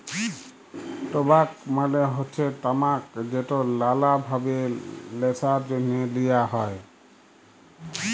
টবাক মালে হচ্যে তামাক যেট লালা ভাবে ল্যাশার জ্যনহে লিয়া হ্যয়